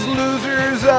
losers